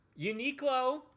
Uniqlo